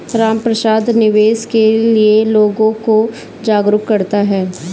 रामप्रसाद निवेश के लिए लोगों को जागरूक करता है